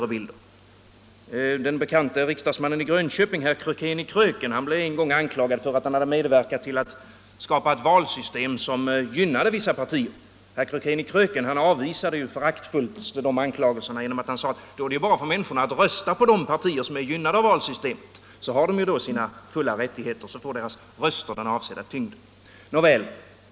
Den bekante riksdagsmannen i Grönköping herr Krökén i Kröken blev en gång anklagad för att han hade medverkat till att han skapat ett valsystem som gynnade vissa partier. Herr Krökén i Kröken avvisade föraktfullt de anklagelserna genom att säga att det bara var för människorna att rösta på de partier som var gynnade av valsystemet, så skulle de få sina fulla rättigheter och deras röster skulle få den avsedda tyngden.